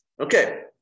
Okay